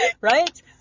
right